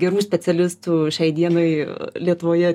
gerų specialistų šiai dienai lietuvoje